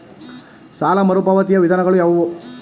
ಸಾಲ ಮರುಪಾವತಿಯ ವಿಧಾನಗಳು ಯಾವುವು?